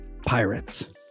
pirates